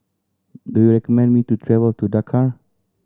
do you recommend me to travel to Dakar